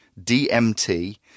DMT